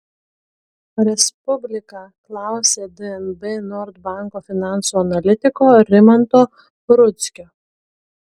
respublika klausė dnb nord banko finansų analitiko rimanto rudzkio